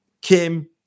Kim